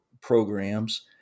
programs